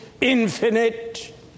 infinite